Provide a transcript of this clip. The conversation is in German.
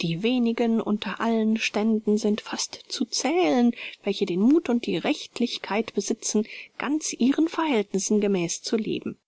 die wenigen unter allen ständen sind fast zu zählen welche den muth und die rechtlichkeit besitzen ganz ihren verhältnissen gemäß zu leben